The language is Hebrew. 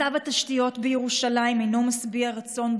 מצב התשתיות בירושלים אינו משביע רצון,